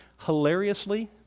hilariously